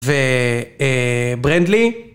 וברנדלי?